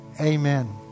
Amen